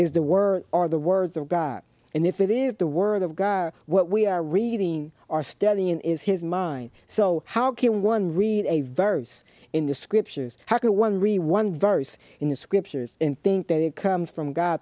is the word or the words of god and if it is the word of god what we are reading are studying is his mind so how can one read a verse in the scriptures how can one really one verse in the scriptures and think that it comes from god